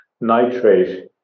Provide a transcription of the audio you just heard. Nitrate